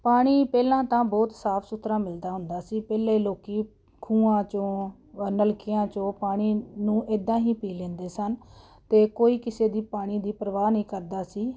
ਪਾਣੀ ਪਹਿਲਾਂ ਤਾਂ ਬਹੁਤ ਸਾਫ ਸੁਥਰਾ ਮਿਲਦਾ ਹੁੰਦਾ ਸੀ ਪਹਿਲੇ ਲੋਕ ਖੂਹਾਂ 'ਚੋਂ ਨਲਕਿਆਂ 'ਚੋਂ ਪਾਣੀ ਨੂੰ ਇੱਦਾਂ ਹੀ ਪੀ ਲੈਂਦੇ ਸਨ ਅਤੇ ਕੋਈ ਕਿਸੇ ਦੀ ਪਾਣੀ ਦੀ ਪਰਵਾਹ ਨਹੀਂ ਕਰਦਾ ਸੀ